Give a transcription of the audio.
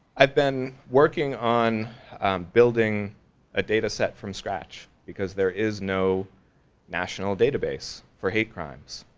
i've been working on building a data set from scratch because there is no national database for hate crimes.